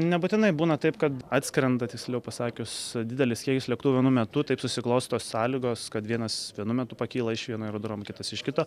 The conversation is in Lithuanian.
nebūtinai būna taip kad atskrenda tiksliau pasakius didelis kiekis lėktuvų metu taip susiklosto sąlygos kad vienas vienu metu pakyla iš vieno aerodromo kitas iš kito